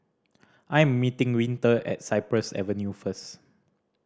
I am meeting Winter at Cypress Avenue first